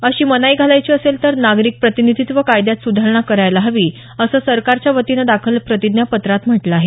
अशी मनाई घालायची असेल तर नागरिक प्रतिनिधीत्त्व कायद्यात सुधारणा करायला हवी असं सरकारच्या वतीनं दाखल प्रतिज्ञापत्रात म्हटलं आहे